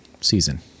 Season